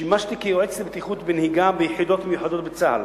שימשתי יועץ לבטיחות בנהיגה ביחידות מיוחדות בצה"ל